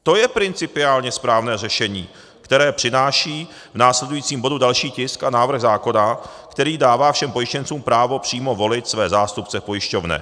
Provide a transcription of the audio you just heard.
To je principiálně správné řešení, které přináší v následujícím bodu další tisk a návrh zákona, který dává všem pojištěncům právo přímo volit své zástupce v pojišťovně.